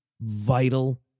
vital